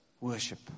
Worship